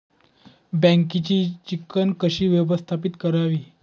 बँकेची चिकण कशी व्यवस्थापित करावी?